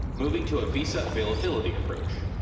moving to a visa availability approach.